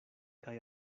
kaj